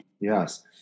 Yes